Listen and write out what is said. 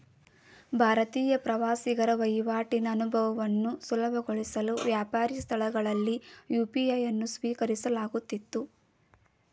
ಭಾರತೀಯ ಪ್ರವಾಸಿಗರ ವಹಿವಾಟಿನ ಅನುಭವವನ್ನು ಸುಲಭಗೊಳಿಸಲು ವ್ಯಾಪಾರಿ ಸ್ಥಳಗಳಲ್ಲಿ ಯು.ಪಿ.ಐ ಅನ್ನು ಸ್ವೀಕರಿಸಲಾಗುತ್ತಿತ್ತು